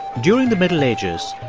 during the middle ages,